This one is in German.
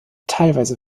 teilweise